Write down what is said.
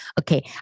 Okay